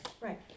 Right